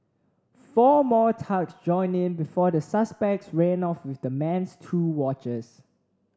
four more thugs joined in before the suspects ran off with the man's two watches